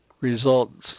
results